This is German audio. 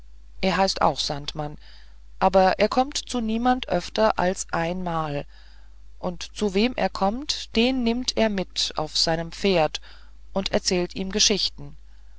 er heißt auch sandmann aber er kommt zu niemand öfters als einmal und zu wem er kommt den nimmt er mit auf sein pferd und erzählt ihm geschichten